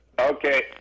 Okay